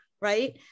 right